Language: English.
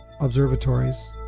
Observatories